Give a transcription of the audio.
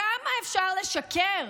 כמה אפשר לשקר?